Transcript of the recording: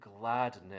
gladness